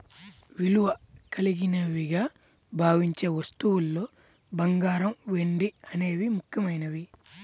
విలువ కలిగినవిగా భావించే వస్తువుల్లో బంగారం, వెండి అనేవి ముఖ్యమైనవి